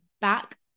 back